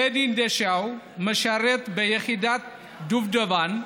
טדי אינדשאו משרת ביחידת דובדבן,